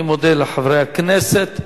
אני מודה לחברי הכנסת.